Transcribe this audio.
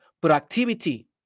productivity